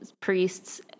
priests